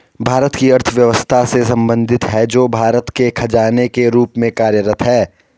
भारत की अर्थव्यवस्था से संबंधित है, जो भारत के खजाने के रूप में कार्यरत है